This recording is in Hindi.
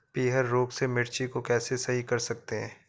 पीहर रोग से मिर्ची को कैसे सही कर सकते हैं?